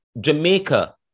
Jamaica